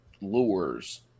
lures